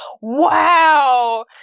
wow